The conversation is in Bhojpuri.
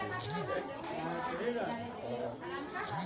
पशुपलन का होला?